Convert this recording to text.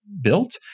built